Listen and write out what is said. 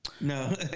No